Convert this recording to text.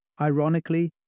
Ironically